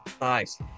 Nice